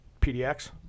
PDX